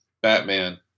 Batman